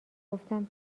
گفتم